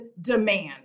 demand